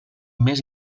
més